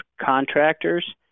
Contractors